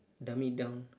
dummy dumb